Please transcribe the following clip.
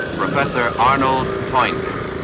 professor arnold toynbee